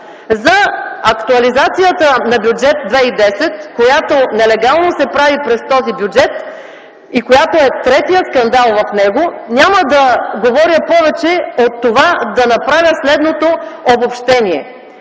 За актуализацията на Бюджет 2010 г., която нелегално се прави през този бюджет и която е третият скандал в него, няма да говоря повече от това да направя следното обобщение: